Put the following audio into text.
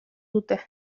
dute